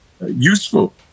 useful